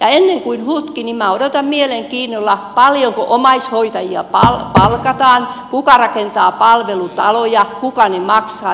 ennen kuin hutkin minä odotan mielenkiinnolla paljonko omaishoitajia palkataan kuka rakentaa palvelutaloja kuka ne maksaa